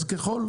אז ככל.